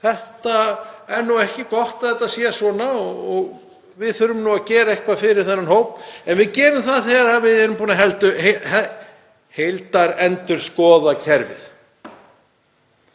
það er ekki gott að þetta sé svona og við þurfum að gera eitthvað fyrir þennan hóp en við gerum það þegar við erum búin að heildarendurskoða kerfið.